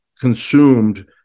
consumed